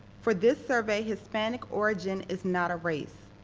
for this survey, hispanic origin is not a race.